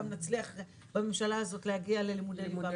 נצליח בממשלה הזאת להגיע ללימודי ליבה.